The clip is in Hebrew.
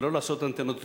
ולא לעשות אנטנות גדולות,